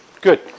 Good